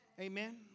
Amen